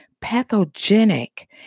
pathogenic